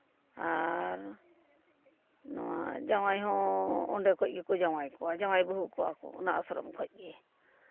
ᱟᱨ ᱱᱚᱣᱟ ᱡᱟᱶᱟᱭ ᱦᱚᱸ ᱚᱸᱰᱮ ᱠᱷᱚᱱ ᱜᱮᱠᱚ ᱡᱟᱶᱟᱭ ᱠᱚᱣᱟ ᱡᱟᱶᱟᱭ ᱵᱟᱹᱦᱩ ᱠᱚᱣᱟ ᱠᱚ ᱚᱱᱟ ᱟᱥᱨᱚᱢ ᱠᱷᱚᱱ ᱜᱮ